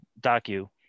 Docu